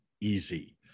easy